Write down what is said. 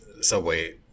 subway